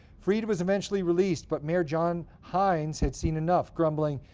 freed was eventually released, but mayor john hynes had seen enough, grumbling,